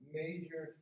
major